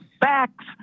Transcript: facts